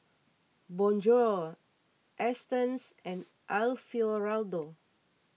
Bonjour Astons and Alfio Raldo